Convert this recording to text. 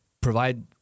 provide